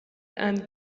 and